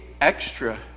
extra